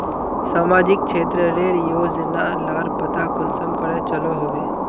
सामाजिक क्षेत्र रेर योजना लार पता कुंसम करे चलो होबे?